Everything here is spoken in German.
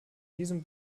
diesem